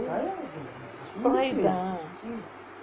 Sprite ah